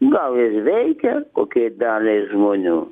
gal ir veikia kokiai daliai žmonių